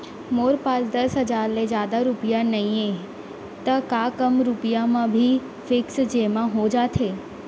मोर पास दस हजार ले जादा रुपिया नइहे त का कम रुपिया म भी फिक्स जेमा हो जाथे?